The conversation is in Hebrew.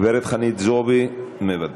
הגברת חנין זועבי, מוותרת.